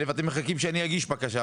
200,000 ₪- אתם מחכים שאני אגיש בקשה.